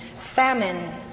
famine